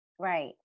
Right